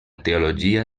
teologia